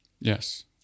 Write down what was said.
Yes